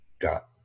dot